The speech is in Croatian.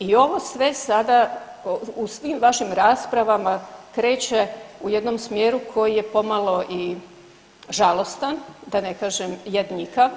I ovo sve sada u svim vašim raspravama kreće u jednom smjeru koji je pomalo i žalostan da ne kažem jadnjikav